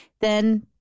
then-